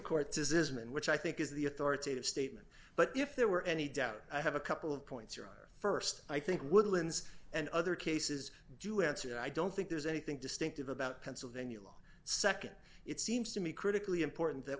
court this isn't which i think is the authoritative statement but if there were any doubt i have a couple of points your honor st i think woodlands and other cases do answer i don't think there's anything distinctive about pennsylvania law nd it seems to me critically important that